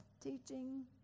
teaching